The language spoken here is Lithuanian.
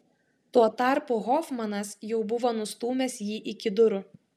tuo tarpu hofmanas jau buvo nustūmęs jį iki durų